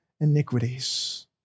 iniquities